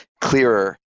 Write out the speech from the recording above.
clearer